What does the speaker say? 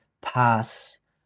pass